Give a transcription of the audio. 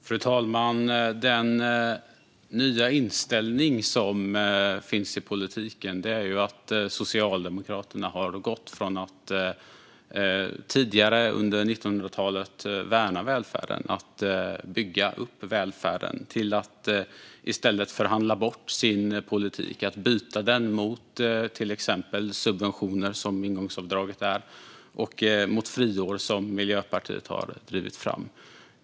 Fru talman! Den nya inställning som finns i politiken är att Socialdemokraterna har gått från att tidigare, under 1900-talet, värna och bygga upp välfärden till att i stället förhandla bort sin politik. Man byter den mot till exempel subventioner, som ingångsavdraget är, och mot friår, som Miljöpartiet har drivit fram.